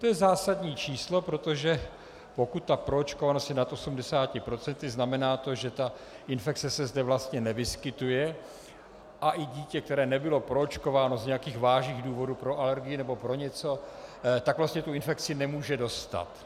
To je zásadní číslo, protože pokud ta proočkovanost je nad 80 %, znamená to, že infekce se zde vlastně nevyskytuje a i dítě, které nebylo proočkováno z nějakých vážných důvodů pro alergii nebo pro něco, vlastně tu infekci nemůže dostat.